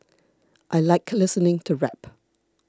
I like listening to rap